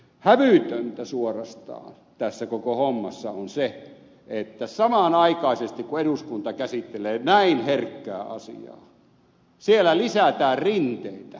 hävytöntä suorastaan tässä koko hommassa on se että samanaikaisesti kun eduskunta käsittelee näin herkkää asiaa siellä lisätään rinteitä siellä kansallispuistossa